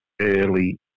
early